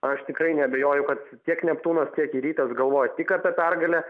aš tikrai neabejoju kad tiek neptūnas tiek ir rytas galvoja tik apie pergalę